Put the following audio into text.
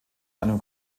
einem